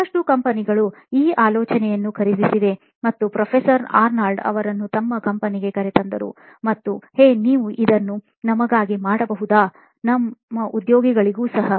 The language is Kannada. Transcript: ಬಹಳಷ್ಟು ಕಂಪನಿಗಳು ಈ ಆಲೋಚನೆಯನ್ನು ಖರೀದಿಸಿವೆ ಮತ್ತು ಪ್ರೊಫೆಸರ್ ಅರ್ನಾಲ್ಡ್ ಅವರನ್ನು ತಮ್ಮ ಕಂಪನಿಗೆ ಕರೆತಂದರು ಮತ್ತು ಹೇ ನೀವು ಇದನ್ನು ನಮಗಾಗಿ ಮಾಡಬಹುದಾ ನಮ್ಮ ಉದ್ಯೋಗಿಗಳಿಗೂ ಸಹ